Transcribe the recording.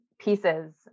pieces